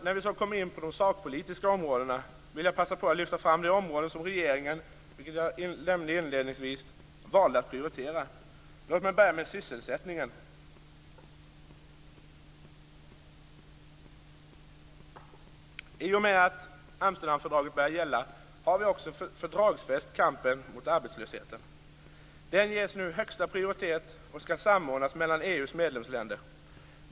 När vi så kommer in på de sakpolitiska områdena vill jag passa på att lyfta fram de områden som regeringen, såsom jag nämnde inledningsvis, valde att prioritera. Låt mig börja med sysselsättningen. I och med att Amsterdamfördraget börjar gälla har vi också fördragsfäst kampen mot arbetslösheten. Den ges nu högsta prioritet och skall samordnas mellan EU:s medlemsländer.